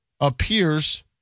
appears